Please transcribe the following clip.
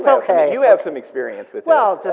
so you have some experience with